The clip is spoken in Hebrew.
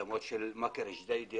אדמות של מכר ג'דיידה,